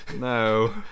No